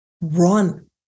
run